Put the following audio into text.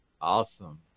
Awesome